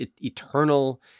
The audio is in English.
eternal